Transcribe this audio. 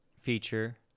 feature